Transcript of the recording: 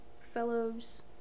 fellows